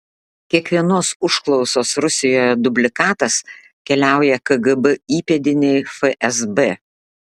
kiekvienos užklausos rusijoje dublikatas keliauja kgb įpėdinei fsb